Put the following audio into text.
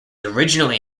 originally